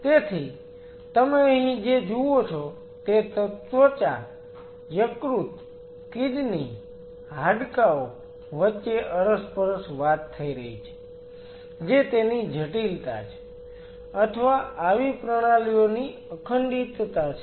તેથી તમે અહીં જે જુઓ છો તે ત્વચા યકૃત કિડની હાડકાઓ વચ્ચે અરસપરસ વાત થઈ રહી છે જે તેની જટિલતા છે અથવા આવી પ્રણાલીઓની અખંડિતતા છે